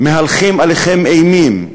מהלכים עליכם אימים.